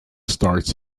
starts